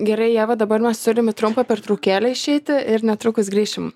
gerai ieva dabar mes turim į trumpą pertraukėlę išeiti ir netrukus grįšim